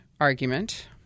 argument